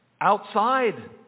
Outside